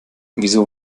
wieso